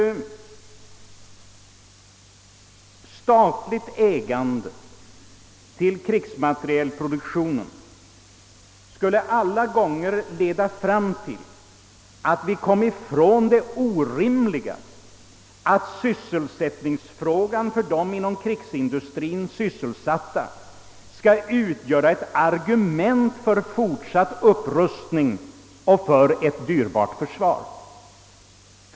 Statligt ägande av krigsmaterielindustrien skulle åtminstone leda till att vi slapp det orimliga förhållandet att sysselsättningsfrågan för de inom krigsindustrien anställda skulle utgöra argument för en fortsatt upprustning av vårt dyrbara försvar.